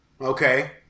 Okay